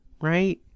right